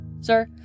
Sir